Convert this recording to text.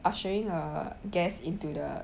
ushering a guest into the